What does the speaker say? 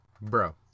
Bro